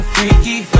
Freaky